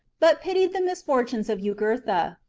but pitied the misfortunes of jugurtha.